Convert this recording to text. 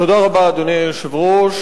אדוני היושב-ראש,